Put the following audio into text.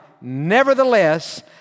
nevertheless